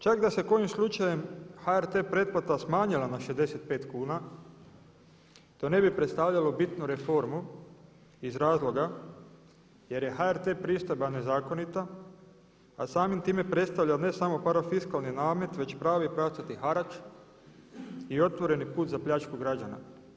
Čak da se kojim slučajem HRT pretplata smanjila na 65 kuna to ne bi predstavljalo bitnu reformu iz razloga jer je HRT pristojba nezakonita, a samim time predstavlja ne samo parafiskalni namet već pravi pravcati harač i otvoreni put za pljačku građana.